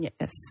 Yes